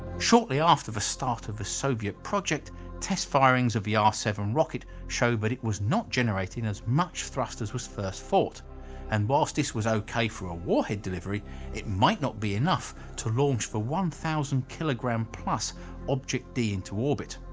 shortly after the start of the soviet project test firings of the r seven rocket showed that but it was not generating as much thrust as was first thought and whilst this was ok for a warhead delivery it might not be enough to launch for one thousand kilogram plus object d into orbit.